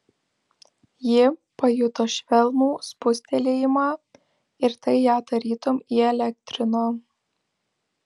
ji pajuto švelnų spustelėjimą ir tai ją tarytum įelektrino